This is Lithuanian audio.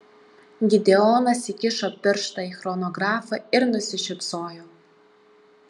gideonas įkišo pirštą į chronografą ir nusišypsojo